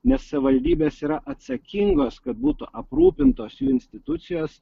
nes savivaldybės yra atsakingos kad būtų aprūpintos jų institucijos